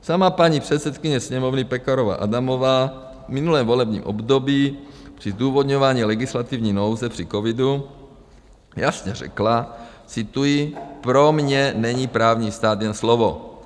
Sama paní předsedkyně sněmovny Pekarová Adamová v minulém volebním období při zdůvodňování legislativní nouze při covidu jasně řekla cituji: pro mě není právní stát jen slovo.